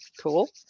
cool